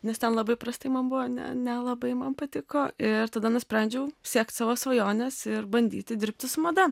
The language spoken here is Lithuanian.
nes ten labai prastai man buvo ne nelabai man patiko ir tada nusprendžiau siekt savo svajonės ir bandyti dirbti su mada